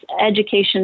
education